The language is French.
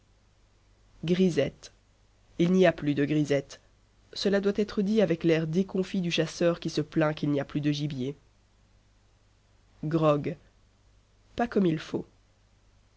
grisettes il n'y a plus de grisettes cela doit être dit avec l'air déconfit du chasseur qui se plaint qu'il n'y a plus de gibier grog pas comme il faut